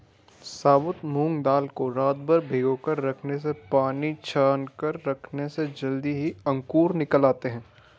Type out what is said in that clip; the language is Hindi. साबुत मूंग दाल को रातभर भिगोकर रखने से पानी छानकर रखने से जल्दी ही अंकुर निकल आते है